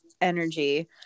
energy